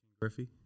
griffey